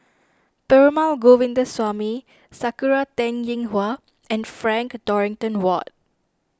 Perumal Govindaswamy Sakura Teng Ying Hua and Frank Dorrington Ward